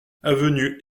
avenue